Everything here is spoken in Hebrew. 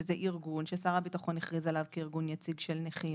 שזה ארגון ששר הביטחון הכריז עליו כארגון יציג של נכים,